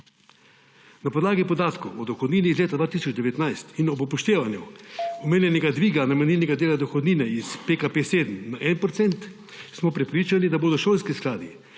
Na podlagi podatkov o dohodnini iz leta 2019 in ob upoštevanju omenjenega dviga namenilnega dela dohodnine iz PKP7 na 1 % smo prepričani, da bodo šolski skladi